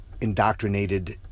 indoctrinated